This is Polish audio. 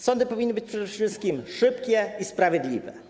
Sądy powinny być przede wszystkim szybkie i sprawiedliwe.